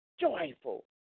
joyful